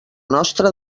nostra